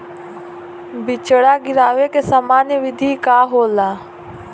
बिचड़ा गिरावे के सामान्य विधि का होला?